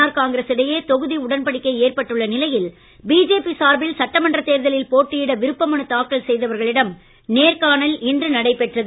R Congress இடையே தொகுதி உடன்படிக்கை ஏற்பட்டுள்ள நிலையில் பிஜேபி சார்பில் சட்டமன்ற தேர்தலில் போட்டியிட விருப்ப மனு தாக்கல் செய்தவர்களிடம் நேர்காணல் இன்று நடைபெற்றது